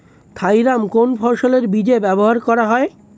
Thiram কোন ফসলের বীজে ব্যবহার করা হয়?